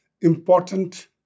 important